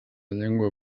llengua